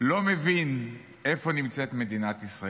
לא מבין איפה נמצאת מדינת ישראל.